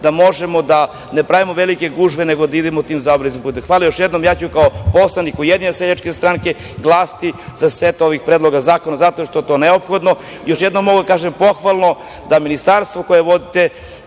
da možemo da ne pravimo velike gužve nego da idemo tim zaobilaznim putem. Hvala još jednom. Ja ću kao poslanik Ujedinjene seljačke stranke glasati za set ovih predloga zakona zato što je to neophodno. Još jednom mogu da kažem pohvalno da ministarstvo koje vodite,